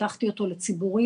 שפתחתי אותו לציבורי,